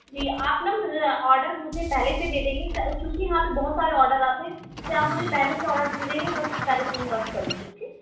جی آپ نا آڈر مجھے پہلے سے دے دیں گی کیا کیونکہ یہاں پہ بہت سارے آڈر آتے ہیں جب آپ مجھے پہلے سے آڈر دے دیں گی میں اس پر پہلے ٹیم ورک کروں گی اوکے